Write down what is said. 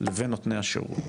לבין נותני השירות.